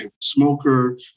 smoker